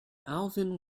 alvin